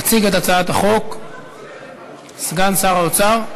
יציג את הצעת החוק סגן שר האוצר,